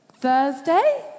Thursday